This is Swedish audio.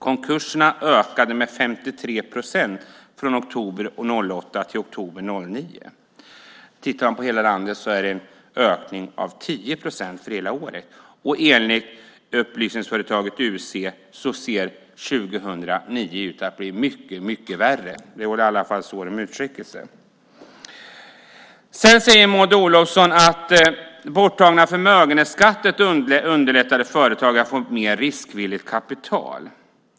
Konkurserna ökade med 53 procent från oktober 2007 till oktober 2008. Över hela landet räknat är det en ökning med 10 procent för hela året. Enligt upplysningsföretaget UC ser 2009 ut att bli mycket värre. Det var i alla fall så de uttryckte sig. Sedan säger Maud Olofsson att borttagna förmögenhetsskatten underlättade för företagarna att få mer riskvilligt kapital.